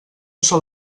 sol